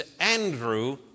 Andrew